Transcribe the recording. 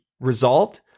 resolved